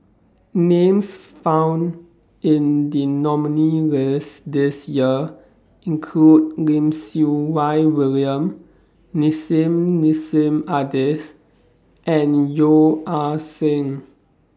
Names found in The nominee list This Year include Lim Siew Wai William Nissim Nassim Adis and Yeo Ah Seng